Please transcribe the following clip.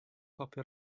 copi